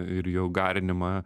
ir jo garinimą